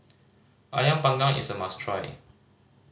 Ayam Panggang is a must try